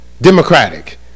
Democratic